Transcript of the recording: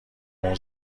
اون